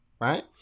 right